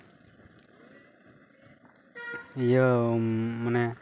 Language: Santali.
ᱤᱭᱟᱹ ᱢᱟᱱᱮ